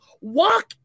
Walk